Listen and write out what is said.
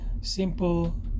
simple